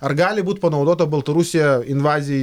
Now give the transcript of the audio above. ar gali būt panaudota baltarusija invazijai